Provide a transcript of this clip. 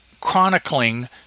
chronicling